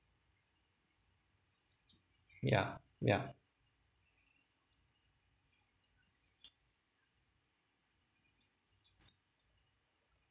yeah yeah